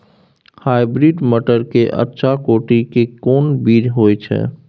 Hybrid मटर के अच्छा कोटि के कोन बीज होय छै?